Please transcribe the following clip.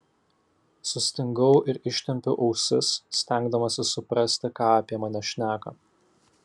sustingau ir ištempiau ausis stengdamasis suprasti ką apie mane šneka